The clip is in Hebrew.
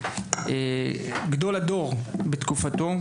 גדול הדור בתקופתו,